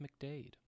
McDade